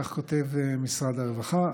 כך כותב משרד הרווחה,